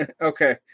okay